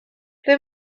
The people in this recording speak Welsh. ble